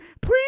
please